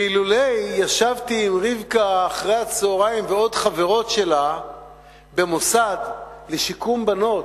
ואילולא ישבתי עם רבקה ועוד חברות שלה אחרי-הצהריים במוסד לשיקום בנות,